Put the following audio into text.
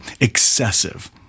excessive